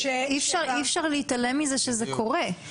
אי אפשר להתעלם מזה שזה קורה.